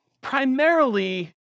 primarily